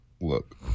look